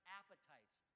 appetites